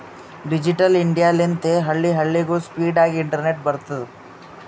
digital India ಲಿಂತೆ ಹಳ್ಳಿ ಹಳ್ಳಿಗೂ ಸ್ಪೀಡ್ ಆಗಿ ಇಂಟರ್ನೆಟ್ ಬರ್ತುದ್